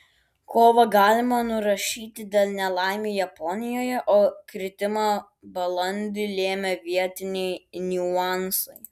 kovą galima nurašyti dėl nelaimių japonijoje o kritimą balandį lėmė vietiniai niuansai